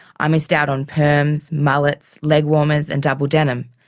i missed out on perms, mullets, legwarmers and double denim.